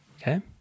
Okay